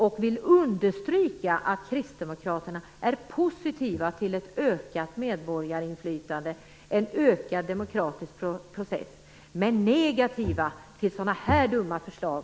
Jag vill understryka att Kristdemokraterna är positiva till ett ökat medborgarinflytande, en vidgad demokratisk process, men negativa till sådana här dumma förslag.